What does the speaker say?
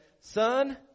Son